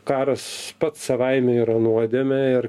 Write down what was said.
karas pats savaime yra nuodėmė ir